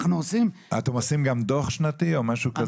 עושים --- אתם עושים גם דו"ח שנתי או משהו כזה?